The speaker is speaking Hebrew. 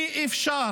אי-אפשר